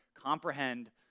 comprehend